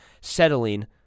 settling